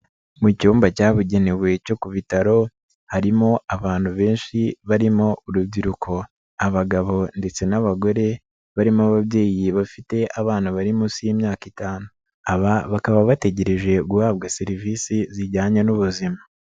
Mu cyumba cyabugenewe cyo ku bitaro harimo abantu benshi barimo urubyiruko, abagabo ndetse n'abagore, barimo ababyeyi bafite abana bari munsi y'imyaka itanu, aba bakaba bategereje guhabwa serivisi zijyanye n'ubuzima.